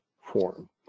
form